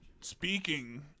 Speaking